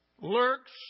lurks